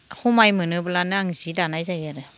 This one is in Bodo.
समाय मोनोब्लानो आं जि दानाय जायो आरो